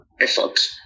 effort